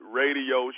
radio